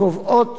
הקובעות